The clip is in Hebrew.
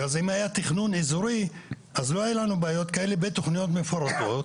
אם היה תכנון איזורי אז לא היו לנו בעיות כאלה בתכניות מפורטות.